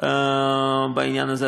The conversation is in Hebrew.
בעניין הזה,